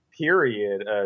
period